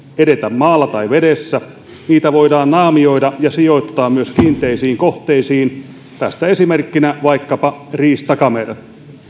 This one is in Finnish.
edetä maalla tai vedessä niitä voidaan naamioida ja sijoittaa myös kiinteisiin kohteisiin tästä esimerkkinä vaikkapa riistakamera